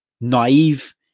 naive